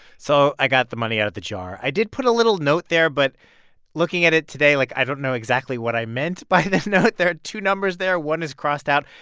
so i got the money out of the jar. i did put a little note there, but looking at it today, like, i don't know exactly what i meant by the note. there two numbers there. one is crossed out.